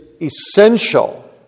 essential